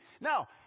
Now